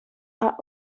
are